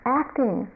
acting